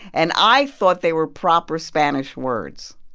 and i thought they were proper spanish words